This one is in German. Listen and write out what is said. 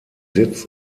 sitz